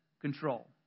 control